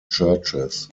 churches